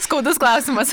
skaudus klausimas